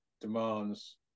demands